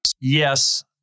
Yes